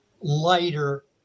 lighter